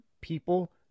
people